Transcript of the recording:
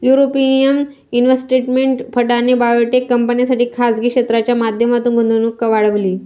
European investment फंडाने biotech कंपन्यांसाठी खासगी क्षेत्राच्या माध्यमातून गुंतवणूक वाढवली